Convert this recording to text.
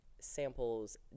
samples